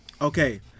okay